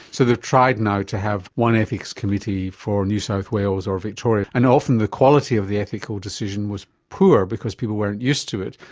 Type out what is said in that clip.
so they've tried now to have one ethics committee for new south wales or victoria, and often the quality of the ethical decision was poor because people weren't used to it.